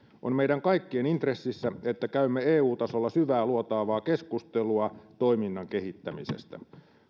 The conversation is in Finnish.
on meidän kaikkien intressissä että käymme eu tasolla syväluotaavaa keskustelua toiminnan kehittämisestä